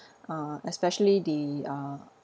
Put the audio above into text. uh especially the ah